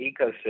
ecosystem